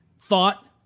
thought